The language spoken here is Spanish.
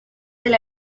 del